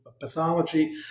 pathology